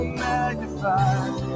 magnified